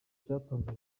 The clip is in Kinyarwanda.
cyatanzwe